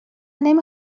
نمی